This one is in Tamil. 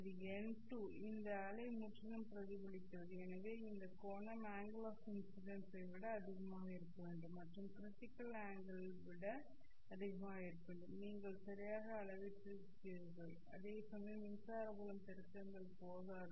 இது n2 இந்த அலை முற்றிலும் பிரதிபலிக்கிறது எனவே இந்த கோணம் அங்கெல் ஆஃ இன்ஸிடென்ஸ் ஐ விட அதிகமாக இருக்க வேண்டும் மற்றும் க்ரிட்டிக்கல் அங்கெல் விட அதிகமாக இருக்க வேண்டும் நீங்கள் சரியாக அளவிட்டிருக்கிறீர்கள் அதே சமயம் மின்சார புலம் பெருக்கங்கள் போகாது